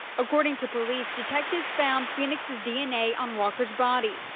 according to police detectives found phoenix's dna on walker's body.